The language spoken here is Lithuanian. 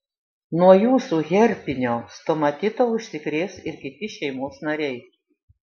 nuo jūsų herpinio stomatito užsikrės ir kiti šeimos nariai